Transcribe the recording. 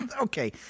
Okay